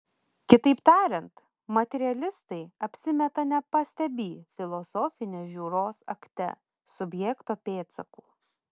kitaip tariant materialistai apsimeta nepastebį filosofinės žiūros akte subjekto pėdsakų